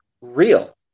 real